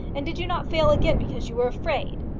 and did you not fail again because you were afraid?